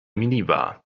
minibar